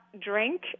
drink